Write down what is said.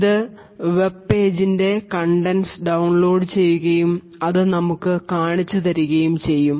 ഇത് വെബ് പേജിൻറെ contents download ചെയ്യുകയും അത് നമുക്ക് കാണിച്ചു തരികയും ചെയ്യും